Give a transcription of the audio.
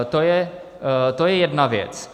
To je jedna věc.